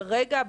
כרגע,